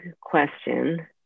question